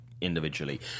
individually